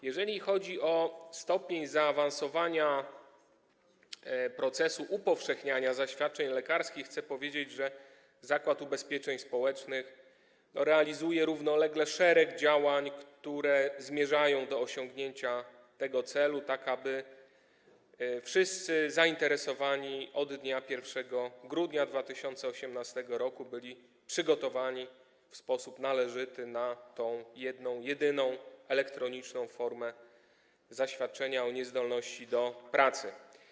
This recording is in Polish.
Jeżeli chodzi o stopień zaawansowania procesu upowszechniania zaświadczeń lekarskich, to chcę powiedzieć, że Zakład Ubezpieczeń Społecznych realizuje równolegle szereg działań, które zmierzają do osiągnięcia tego celu, tak aby wszyscy zainteresowani od dnia 1 grudnia 2018 r. byli przygotowani w sposób należyty do wystawiania tej jednej jedynej elektronicznej formy zaświadczenia o niezdolności do pracy.